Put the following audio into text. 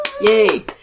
Yay